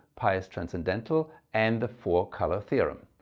pi is transcendental and the four-color theorem,